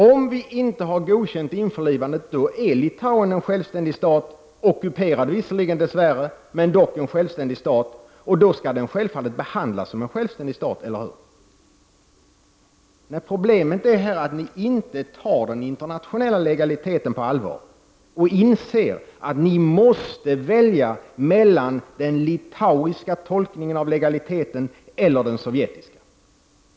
Om vi inte har godkänt införlivandet, är Litauen en självständig stat — ockuperad visserligen, dess värre, men dock en självständig stat — och då skall den självfallet behandlas som en självständig stat. Eller hur? Problemet är här att ni inte tar den internationella legaliteten på allvar och inser att ni måste välja mellan den litauiska tolkningen av legaliteten och den sövjetiska.